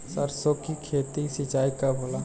सरसों की खेती के सिंचाई कब होला?